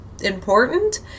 important